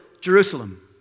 Jerusalem